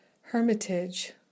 hermitage